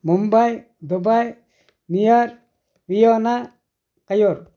Mumbai Dubai New York Vienna Kayyur